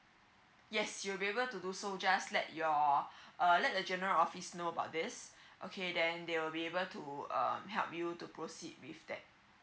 yes you'll be able to do so just let your uh let the general office know about this okay then they will be able to uh help you to proceed with that